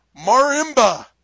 Marimba